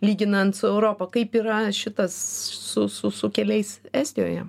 lyginant su europa kaip yra šitas su su su keliais estijoje